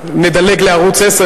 אנחנו נדלג לערוץ-10,